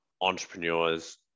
entrepreneurs